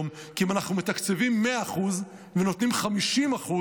כי אם אנחנו מתקצבים 100% ונותנים 50%,